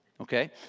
Okay